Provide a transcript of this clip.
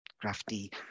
crafty